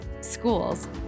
schools